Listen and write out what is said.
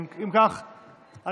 אם כך אנחנו,